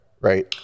right